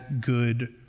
good